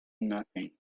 nothing